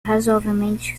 razoavelmente